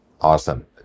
Awesome